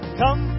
come